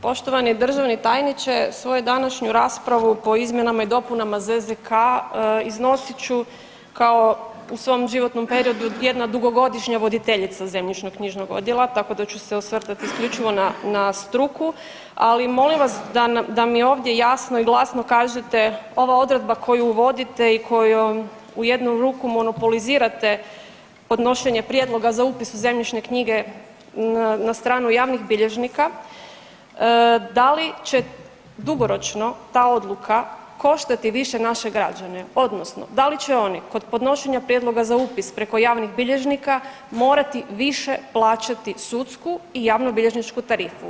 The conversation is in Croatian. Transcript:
Poštovani državni tajniče, svoju današnju raspravu po izmjenama i dopunama ZZK iznosit ću kao u svojem životnom periodu, jedna dugogodišnja voditeljica zemljišnoknjižnog odjela tako da ću se osvrtati isključivo na struku, ali molim vas da mi ovdje jasno i glasno kažete, ova odredba koju vodite i kojom u jednu ruku monopolizirate podnošenje prijedloga za upis u zemljišne knjige na stranu javnih bilježnika, da li će dugoročno ta odluka koštati više naše građane, odnosno da li će oni kod podnošenja prijedloga za upis preko javnih bilježnika morati više plaćati sudsku i javnobilježničku tarifu?